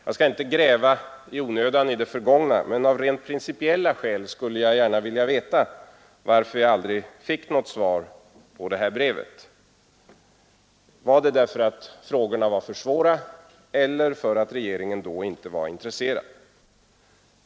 Jag skall inte i onödan gräva i det förgångna, men av rent principiella skäl skulle jag gärna vilja veta varför jag aldrig fick något svar på brevet. Var det därför att frågorna var för svåra eller därför att regeringen då inte var intresserad?